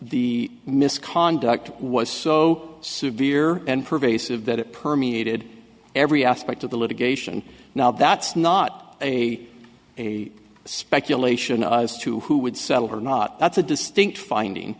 the misconduct was so severe and pervasive that it permeated every aspect of the litigation now that's not a a speculation as to who would settle or not that's a distinct finding